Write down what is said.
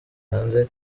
hanze